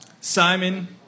Simon